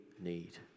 need